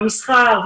המסחר,